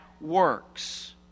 works